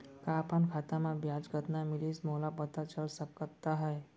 का अपन खाता म ब्याज कतना मिलिस मोला पता चल सकता है?